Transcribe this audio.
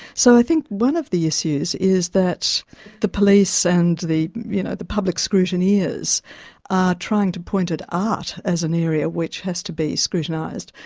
so i think one of the issues is that the police and the you know the public scrutineers are trying to point at art as an area which has to be scrutinised,